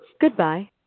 Goodbye